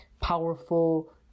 powerful